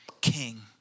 king